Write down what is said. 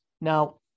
Now